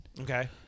Okay